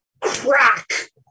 crack